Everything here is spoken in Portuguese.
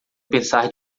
pensar